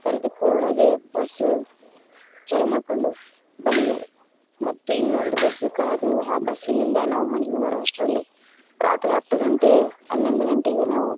ಕರೆದುಕೊಳ್ಳದೆ bus ಚಾಲು ಮಾಡ್ಕೊಂಡು ಬಂದಿದಾರೆ ಮತ್ತು ಇನ್ನೊಂದು ಬಸ್ಸು ಕಾದು ಆ ಬಸ್ಸಿನಿಂದ ನಾವು ಮನೆಗ್ ಬರೋ ಅಷ್ಟರಲ್ಲಿ ರಾತ್ರಿ ಹತ್ತು ಗಂಟೆ ಹನ್ನೊಂದು ಗಂಟೆಗೆ ನಾವು